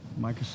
Microsoft